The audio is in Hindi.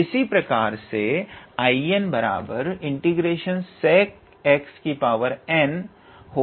इसी प्रकार से 𝐼𝑛∫𝑠𝑒𝑐𝑛𝑥𝑑x हो सकता है